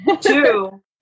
Two